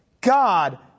God